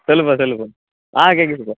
சொல்லுப்பா சொல்லுப்பா ஆ கேட்குதுப்பா